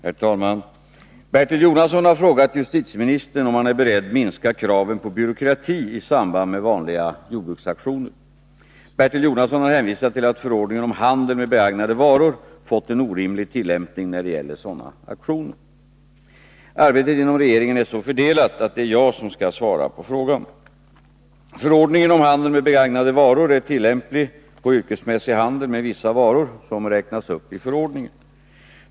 Herr talman! Bertil Jonasson har frågat justitieministern om han är beredd minska kraven på byråkrati i samband med vanliga jordbruksauktioner. Bertil Jonasson har hänvisat till att förordningen om handel med begagnade varor fått en orimlig tillämpning när det gäller sådana auktioner. Arbetet inom regeringen är så fördelat att det är jag som skall svara på frågan. Förordningen om handel med begagnade varor är tillämplig på yrkesmässig handel med vissa varor som räknas upp i förordningen.